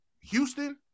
Houston